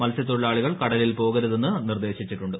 മത്സ്യതൊഴിലാളികൾ കടലിൽ പ്പോകരുതെന്ന് നിർദ്ദേശിച്ചിട്ടുണ്ട്